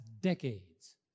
decades